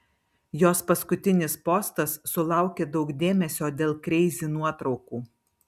jos paskutinis postas sulaukė daug dėmesio dėl kreizi nuotraukų